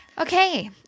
Okay